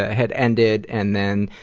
ah had ended, and then,